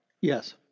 Yes